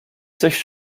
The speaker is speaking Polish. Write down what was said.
coś